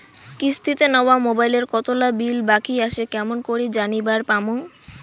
কিস্তিতে নেওয়া মোবাইলের কতোলা বিল বাকি আসে কেমন করি জানিবার পামু?